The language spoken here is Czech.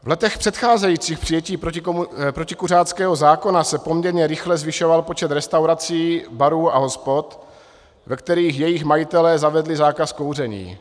V letech předcházejících přijetí protikuřáckého zákona se poměrně rychle zvyšoval počet restaurací, barů a hospod, ve kterých jejich majitelé zavedli zákaz kouření.